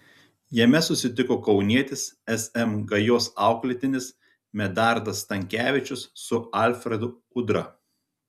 jame susitiko kaunietis sm gajos auklėtinis medardas stankevičius su alfredu udra